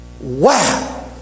Wow